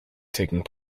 taking